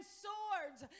swords